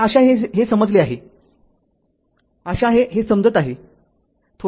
तर आशा आहे हे समजले आहे आशा आहे हे समजत आहे